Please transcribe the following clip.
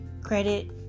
credit